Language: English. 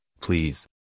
please